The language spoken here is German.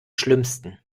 schlimmsten